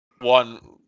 one